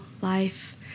life